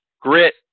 Grit